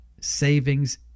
savings